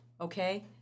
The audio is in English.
okay